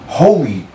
holy